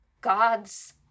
god's